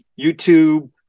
YouTube